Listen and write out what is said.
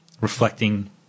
reflecting